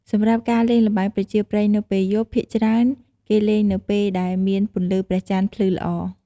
សម្រាប់ការលេងល្បែងប្រជាប្រិយនៅពេលយប់ភាគច្រើនគេលេងនៅពេលដែលមានពន្លឺព្រះចន្ទភ្លឺល្អ។